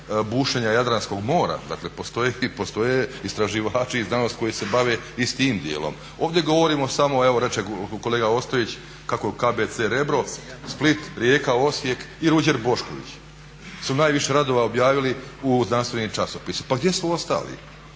bušenja Jadranskog mora? Dakle, postoje istraživači i znanost koji se bave i s tim djelom. Ovdje govorimo samo, evo reče kolega Ostojić kako KBC Rebro, Split, Rijeka, Osijek i Ruđer Bošković su najviše radova objavili u znanstvenim časopisima. Pa gdje su ostali,